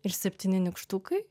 ir septyni nykštukai